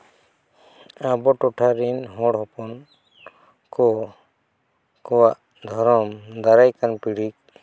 ᱟᱵᱚ ᱴᱚᱴᱷᱟ ᱨᱮᱱ ᱦᱚᱲ ᱦᱚᱯᱚᱱ ᱠᱚ ᱠᱚᱣᱟᱜ ᱫᱷᱚᱨᱚᱢ ᱫᱟᱨᱟᱭ ᱠᱟᱱ ᱯᱤᱲᱦᱤ